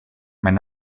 mijn